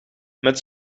met